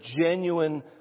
genuine